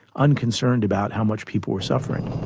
unconcerned about how much people were suffering.